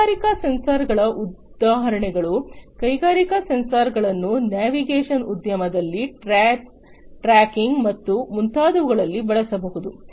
ಕೈಗಾರಿಕಾ ಸೆನ್ಸರ್ಗಳ ಉದಾಹರಣೆಗಳು ಕೈಗಾರಿಕಾ ಸೆನ್ಸರ್ಗಳನ್ನು ನ್ಯಾವಿಗೇಷನ್ ಉದ್ಯಮದಲ್ಲಿ ಟ್ರ್ಯಾಕಿಂಗ್ ಮತ್ತು ಮುಂತಾದವುಗಳಲ್ಲಿ ಬಳಸಬಹುದು